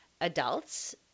adults